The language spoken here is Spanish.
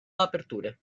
apertura